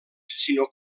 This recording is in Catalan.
sinó